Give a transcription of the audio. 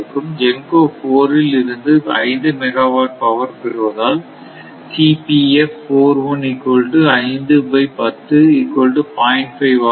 GENCO 4 இல் இருந்து 5 megawatt power பெறுவதால் ஆக இருக்கும்